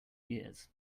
years